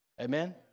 amen